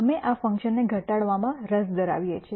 અમે આ ફંકશનને ઘટાડવામાં રસ ધરાવીએ છીએ